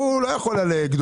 הוא לא יכול על גדולים,